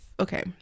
Okay